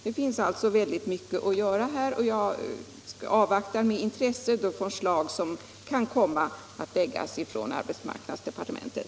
Det finns alltså mycket att göra här, och jag avvaktar med intresse de förslag som kan framläggas från arbetsmarknadsdepartementet.